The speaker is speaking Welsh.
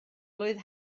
blwydd